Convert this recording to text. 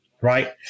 right